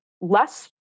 less